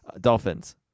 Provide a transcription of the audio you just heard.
Dolphins